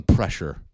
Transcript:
Pressure